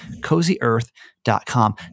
CozyEarth.com